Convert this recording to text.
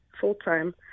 full-time